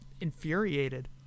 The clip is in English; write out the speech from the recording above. infuriated